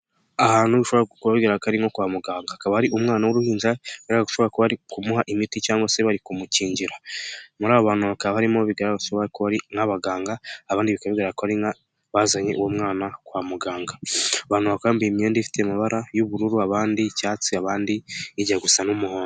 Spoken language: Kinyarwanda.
Ahantu ushobora kubwira ko ari nko kwa muganga, hakaba hari umwana w'uruhinja ushobora kuba bari kumuha imiti cyangwa se bari kumukingira. Muri abo bantu, bakaba bigara ko ari abaganga abandi ari abazanye uwo mwana kwa muganga. Abantu bakaba bambaye imyenda ifite amabara y'ubururu, abandi icyatsi, abandi ijya gusa n'umuhodo.